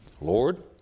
Lord